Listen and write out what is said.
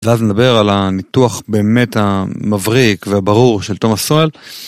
ואז נדבר על הניתוח באמת המבריק והברור של תומס סואל.